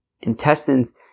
intestines